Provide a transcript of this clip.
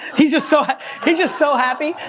he's just so he's just so happy,